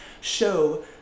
show